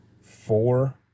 four